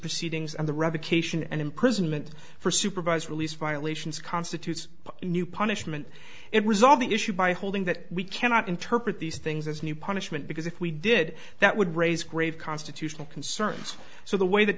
proceedings and the revocation and imprisonment for supervised release violations constitutes a new punishment and resolve the issue by holding that we cannot interpret these things as new punishment because if we did that would raise grave constitutional concerns so the way that